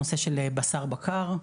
נושא של בשר בקר,